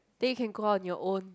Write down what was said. then you can go out on your own